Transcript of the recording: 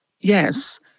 yes